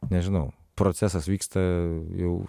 nežinau procesas vyksta jau